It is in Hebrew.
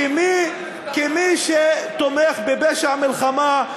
כמי שתומך בפשע מלחמה.